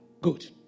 Good